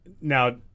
now